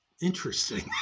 interesting